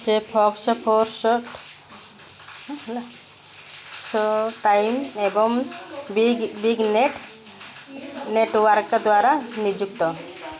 ସେ Fox Sports Showtime ଏବଂ big big net network ଦ୍ୱାରା ନିଯୁକ୍ତ